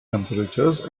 temperatures